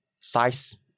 size